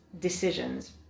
decisions